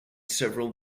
several